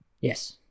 Yes